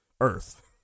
earth